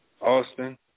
Austin